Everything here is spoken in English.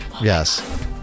Yes